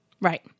Right